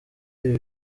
ibi